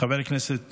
חבר הכנסת